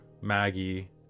Maggie